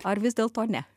ar vis dėlto ne